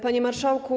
Panie Marszałku!